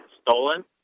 stolen